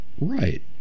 right